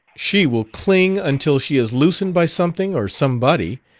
she will cling until she is loosened by something or somebody.